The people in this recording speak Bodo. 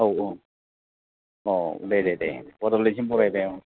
औ औ अ' देदेदे बड'लेण्डसिम फैबाय दे ओं